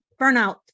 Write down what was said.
Burnout